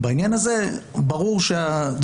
בעניין הזה הדברים ברורים.